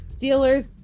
Steelers